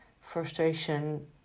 frustration